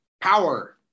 Power